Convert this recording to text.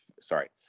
sorry